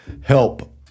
help